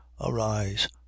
arise